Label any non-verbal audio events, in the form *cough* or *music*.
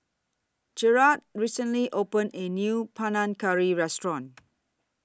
Jarred recently opened A New Panang Curry Restaurant *noise*